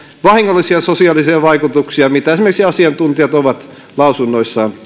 vahingollisia sosiaalisia vaikutuksia joista esimerkiksi asiantuntijat ovat lausunnoissaan